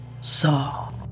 saw